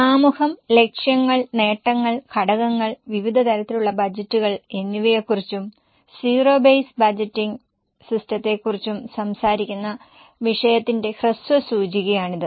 ആമുഖം ലക്ഷ്യങ്ങൾ നേട്ടങ്ങൾ ഘടകങ്ങൾ വിവിധ തരത്തിലുള്ള ബജറ്റുകൾ എന്നിവയെക്കുറിച്ചും സീറോ ബേസ് ബജറ്റിംഗ് സിസ്റ്റത്തെക്കുറിച്ചും സംസാരിക്കുന്ന വിഷയത്തിന്റെ ഹ്രസ്വ സൂചികയാണിത്